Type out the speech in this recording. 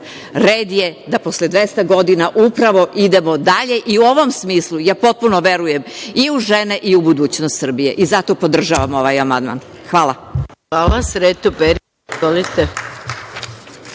Red je da posle 200 godina upravo idemo dalje. U ovom smislu ja potpuno verujem i u žene u budućnost Srbije i zato podržavam ovaj amandman. Hvala.